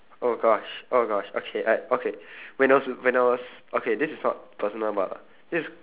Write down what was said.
oh gosh oh gosh okay I okay when I was when I was okay this is not personal but this is